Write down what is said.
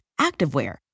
activewear